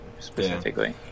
specifically